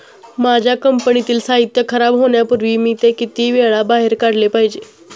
माझ्या कंपनीतील साहित्य खराब होण्यापूर्वी मी ते किती वेळा बाहेर काढले पाहिजे?